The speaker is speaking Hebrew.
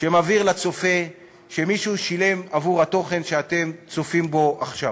שמבהיר לצופה שמישהו שילם בעבור התוכן שהוא צופה בו עכשיו.